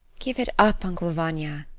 give it up, uncle vanya!